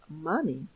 money